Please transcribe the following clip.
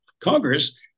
Congress